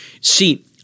See